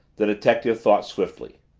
the detective thought swiftly.